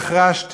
כי אזרחי